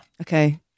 Okay